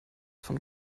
von